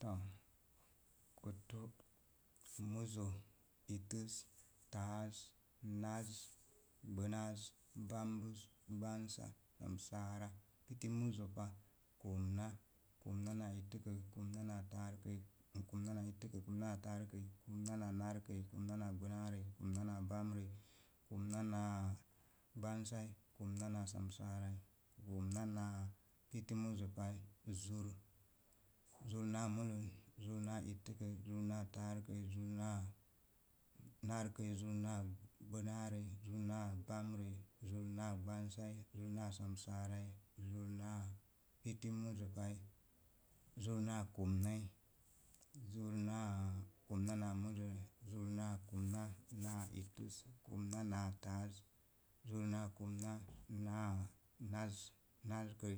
To kotto, muzo ittəz, tāāz, naz gbanāāz, bambəz, gbansa, samsara, pitti muzo pa, komna, komna naa, ittəkəi, komna naa taarəkəi, komna, naa narkəi, komna naa gbənaarəi, komna naa samsaarai, komna naa pi muzo pai zur, zur, naa muzoz rur nar ittəkə, zur, naa taarəkəi, zar nāā aarkəi, zurnaa gbənaarəi zur naa bamrəi, zarnaa gbansai zur nāā samsaarai, zur naa piti muzo pai, zur naa komnai zor naa komna naa muzoi, zur naa komna naa ittəz, komna naa tāāz. zur naa komna naa nāz narkəi,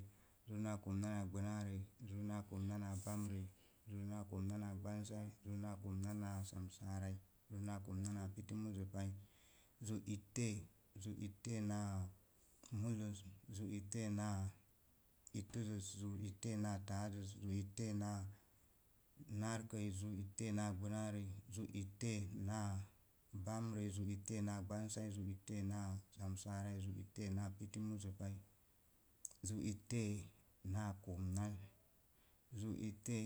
zur naa komna naa gbənarəi, zur naa komnaa naa bamrəi zur naa komna naa gbamsai zur naa komna san saarai zur naa komna naa pii muzopai zu’ itte, zu’ ittei naa muzoz, zuttei naa ittəzəz zu itte naa tāā zəz, za’ itte naa narkəi, za’ ittei naa gbənaarəi za’ ittei naa bamrei zu'itte naa gbamsai zu’ ittei naa samsaarai zu'ittei piti muzo pai zu’ itte naa komnnai zu itte